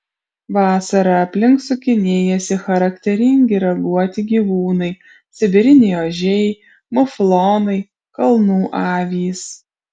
vasarą aplink sukinėjasi charakteringi raguoti gyvūnai sibiriniai ožiai muflonai kalnų avys